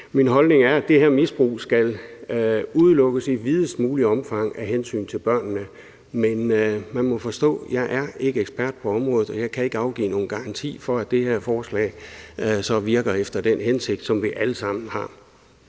Min holdning er, at det her misbrug skal stoppes i videst muligt omfang af hensyn til børnene, men man må forstå, at jeg ikke er ekspert på området, og jeg kan ikke afgive nogen garanti for, at det her forslag ville virke efter den hensigt, som vi alle sammen har.